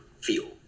feel